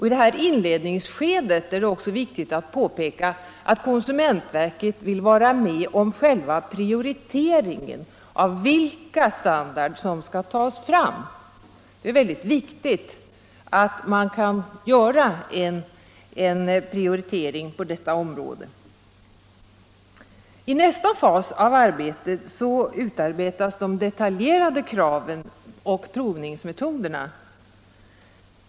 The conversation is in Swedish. I detta inledningsskede vill konsumentverket prioritera vilka standarder som skall tas fram. I nästa fas utarbetas de detaljerade kraven och provningsmetoderna.